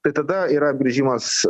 tai tada yra grįžimas